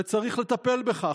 וצריך לטפל בכך.